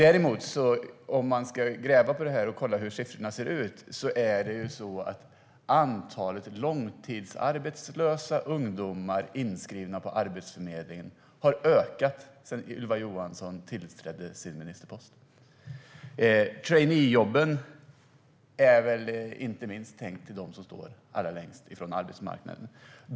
Om man ska gräva i detta och se hur siffrorna ser ut: Antalet långtidsarbetslösa ungdomar inskrivna på Arbetsförmedlingen har ökat sedan Ylva Johansson tillträdde sin ministerpost. Traineejobben är väl inte minst tänkta för dem som står allra längst från arbetsmarknaden.